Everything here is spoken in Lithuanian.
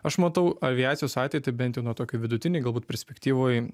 aš matau aviacijos ateitį bent jau nuo tokio vidutinėj galbūt perspektyvoj